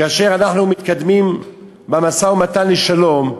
כאשר אנחנו מתקדמים במשא-ומתן לשלום,